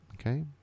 okay